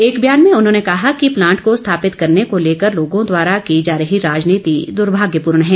एक बयान में उन्होंने कहा है कि प्लांट को स्थापित करने को लेकर लोगों द्वारा की जा रही राजनीति दुर्भाग्यपूर्ण है